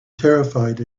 terrified